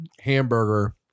hamburger